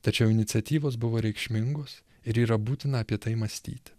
tačiau iniciatyvos buvo reikšmingos ir yra būtina apie tai mąstyti